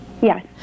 Yes